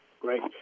Great